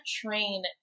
train